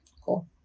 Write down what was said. cool